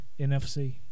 NFC